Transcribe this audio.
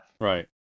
Right